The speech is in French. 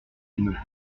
une